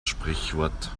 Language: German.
sprichwort